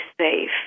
safe